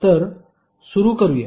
तर सूरु करूया